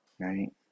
Right